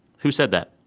who said that?